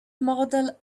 model